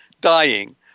dying